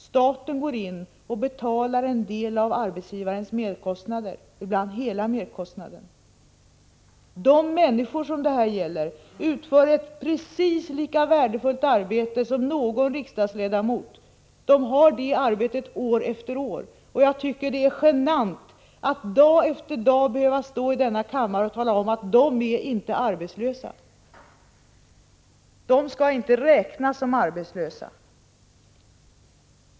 Staten går då in och betalar en del av arbetsgivarens merkostnader, ibland hela merkostnaden. De människor det här gäller utför ett precis lika värdefullt arbete som någon riksdagsledamot. De har det arbetet år efter år. Jag tycker det är genant att dag efter dag behöva stå i denna kammare och tala om, att dessa människor inte är arbetslösa. De skall inte räknas som arbetslösa.